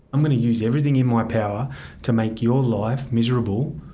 i'm going to use everything in my power to make your life miserable,